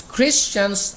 Christians